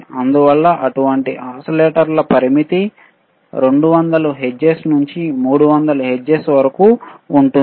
అందువల్ల అటువంటి ఓసిలేటర్ల పరిమితి 200 హెర్ట్జ్ నుండి 300 కిలోహెర్ట్జ్ వరకు ఉంటుంది